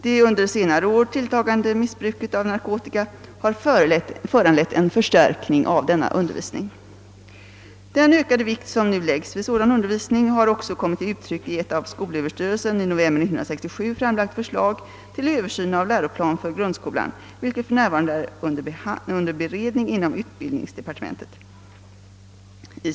Det under senare år tilltagande missbruket av narkotika har föranlett en förstärkning av denna undervisning. Den ökade vikt som nu läggs vid sådan undervisning har också kommit till uttryck i ett av skolöverstyrelsen i november 1967 framlagt förslag till översyn av läroplan för grundskolan, vilket för närvarande är under beredning inom utbildningsdepartementet.